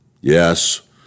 Yes